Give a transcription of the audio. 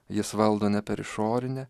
jis valdo ne per išorinę